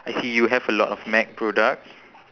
I see you have a lot of mac products